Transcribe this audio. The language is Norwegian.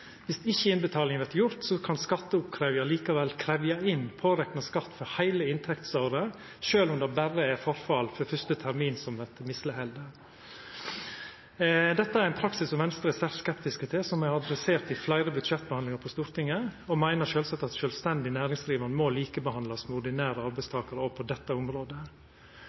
Viss ikkje innbetalinga vert gjord, kan skatteoppkrevjar likevel krevja inn pårekna skatt for heile inntektsåret sjølv om det berre er forfallet for fyrste termin som vert misleghalde. Dette er ein praksis som Venstre er svært skeptisk til, som me har adressert i fleire budsjettbehandlingar i Stortinget, og me meiner sjølvsagt at sjølvstendig næringsdrivande må likebehandlast med ordinære arbeidstakarar òg på dette området.